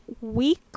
week